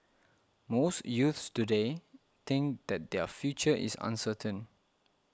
most youths today think that their future is uncertain